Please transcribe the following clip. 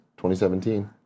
2017